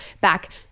back